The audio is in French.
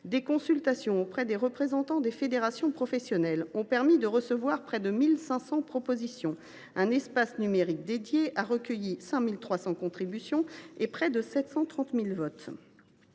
Des consultations auprès des représentants des fédérations professionnelles ont permis de recevoir près de 1 500 propositions. Un espace numérique spécifique a permis de recueillir 5 300 contributions et près de 730 000 votes.